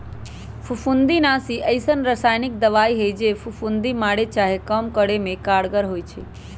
फफुन्दीनाशी अइसन्न रसायानिक दबाइ हइ जे फफुन्दी मारे चाहे कम करे में कारगर होइ छइ